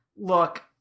look